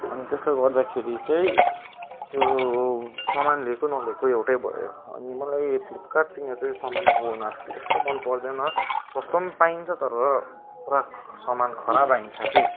अनि त्यसले गर्दाखेरि चाहिँ त्यो सामान लिएको नलिएको एउटै भयो अनि मलाई फ्लिपकार्टसँग चाहिँ सामान मगाउन त्यस्तो मन पर्दैन सस्तो पनि पाइन्छ तर पुरा सामान खराब आइन्छ के